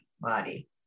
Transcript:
body